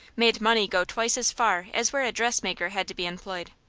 made money go twice as far as where a dressmaker had to be employed.